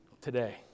today